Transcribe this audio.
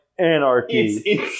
Anarchy